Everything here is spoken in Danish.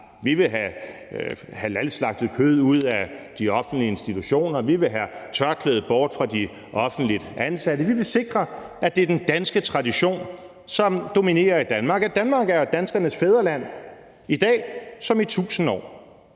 Vi vil have halalslagtet kød ud af de offentlige institutioner; vi vil have tørklædet væk fra de offentligt ansatte; vi vil sikre, at det er den danske tradition, som dominerer i Danmark. Danmark er danskernes fædreland i dag, som det har